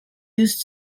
used